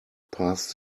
past